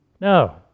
No